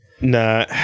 Nah